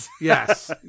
Yes